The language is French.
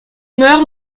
meur